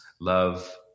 love